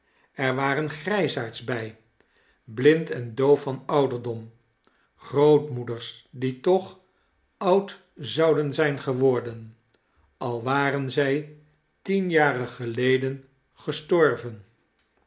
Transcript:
er waren grijsaards bij blind en doof van ouderdom grootmoeders die toch oud zouden zijn geworden al waren zij tien jaren geleden gestorven